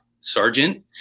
Sergeant